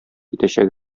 итәчәк